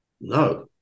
no